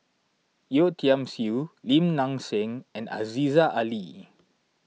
Yeo Tiam Siew Lim Nang Seng and Aziza Ali